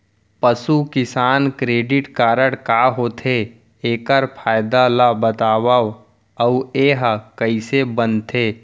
पसु किसान credit card का होथे, एखर फायदा ला बतावव अऊ एहा कइसे बनथे?